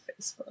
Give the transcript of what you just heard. Facebook